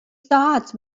start